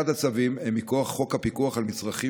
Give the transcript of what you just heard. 21 הצווים הם מכוח חוק הפיקוח על מצרכים